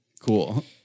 Cool